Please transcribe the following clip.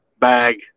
bag